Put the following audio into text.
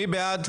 מי בעד?